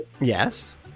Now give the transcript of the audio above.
Yes